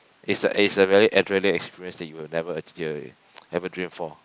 it's a it's a very adrenaline experience that you will never ever dream for